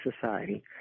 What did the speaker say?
society